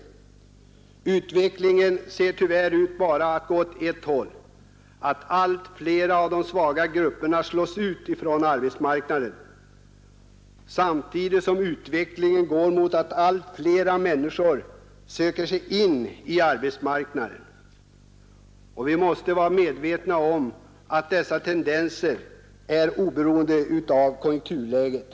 Men utvecklingen ser tyvärr ut att bara gå på ett sätt: allt fler av de svaga grupperna slås ut från arbetsmarknaden, samtidigt som allt fler människor söker sig ut på arbetsmarknaden. Vi måste vara medvetna om att dessa tendenser är oberoende av konjunkturläget.